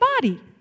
body